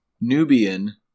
nubian